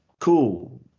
Cool